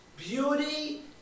Beauty